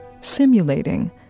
simulating